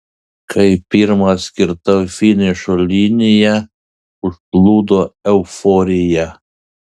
kai pirmas kirtau finišo liniją užplūdo euforija